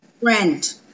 friend